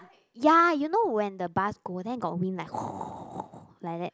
ya you know when the bus go then got wind like that